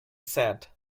said